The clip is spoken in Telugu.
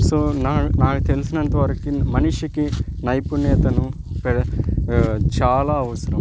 సో నా నాకు తెలిసినంత వరకు మనిషికి నైపుణ్యత చాలా అవసరం